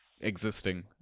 existing